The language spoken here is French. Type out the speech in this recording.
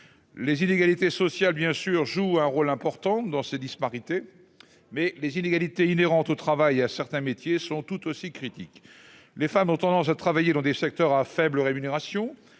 Les inégalités sociales jouent bien sûr un rôle important dans ces disparités. Mais les inégalités inhérentes au travail et à certains métiers sont tout aussi critiques. Les femmes ont tendance à travailler dans des secteurs à faible rémunération.